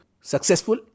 successful